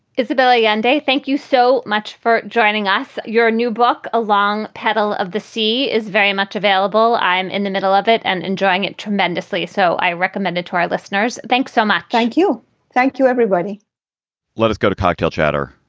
isabella hyundai, thank you so much for joining us. your new book, a long pedal of the sea, is very much available. i'm in the middle of it and enjoying it tremendously, so i recommend it to our listeners. thanks so much. thank you thank you, everybody let us go to cocktail chatter.